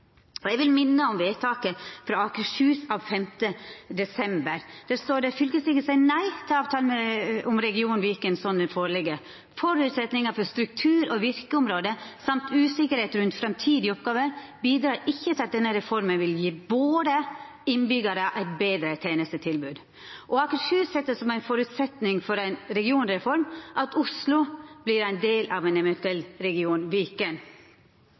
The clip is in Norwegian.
i. Eg vil minna om vedtaket frå Akershus av 5. desember, der fleirtalet sa nei til avtalen om region Viken slik han låg føre: «Forutsetninger for struktur og virkeområde samt usikkerhet rundt framtidige oppgaver, bidrar ikke til at denne reformen vil gi våre innbyggere et bedre tjenestetilbud Videre setter Akershus som forutsetning for en regionreform at Oslo blir en del av en eventuell region Viken.